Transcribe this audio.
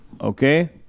okay